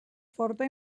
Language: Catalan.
forta